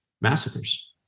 massacres